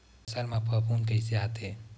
फसल मा फफूंद कइसे आथे?